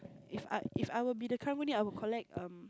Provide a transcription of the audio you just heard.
If I If I will be the karang-guni I will collect um